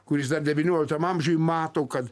kuris dar devynioliktam amžiuj mato kad